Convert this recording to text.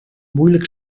moeilijk